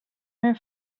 rare